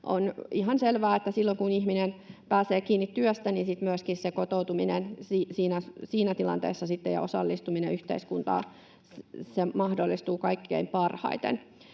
on ihan selvää, että silloin kun ihminen pääsee kiinni työhön, niin sitten myöskin se kotoutuminen siinä tilanteessa ja osallistuminen yhteiskuntaan mahdollistuvat kaikkein parhaiten.